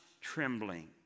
trembling